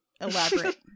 elaborate